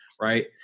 right